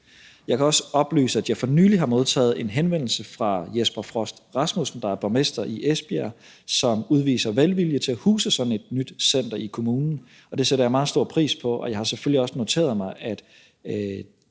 Jeg kan også oplyse, at jeg for nylig har modtaget en henvendelse fra Jesper Frost Rasmussen, der er borgmester i Esbjerg, og som udviser velvilje til at huse sådan et nyt center i kommunen. Det sætter jeg meget stor pris på, og jeg har selvfølgelig også noteret mig,